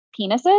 penises